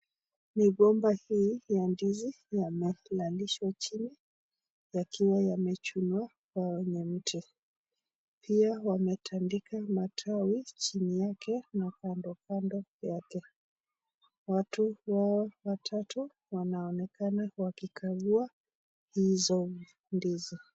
Migomba hii ya ndizi yamelalishwa chini yakiwa yamechunwa kwenye miti, pia wametandika matawi chini yake na kando kando yake, watu hawa watatu wanaonekana wakikagua hizo ndizi.